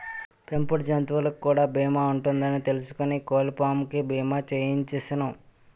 పెంపుడు జంతువులకు కూడా బీమా ఉంటదని తెలుసుకుని కోళ్ళపాం కి బీమా చేయించిసేను